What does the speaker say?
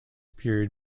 period